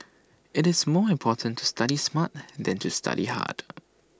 IT is more important to study smart than to study hard